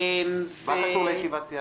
מה קשור לישיבת סיעה?